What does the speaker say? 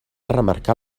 remarcar